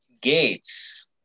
Gates